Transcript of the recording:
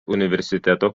universiteto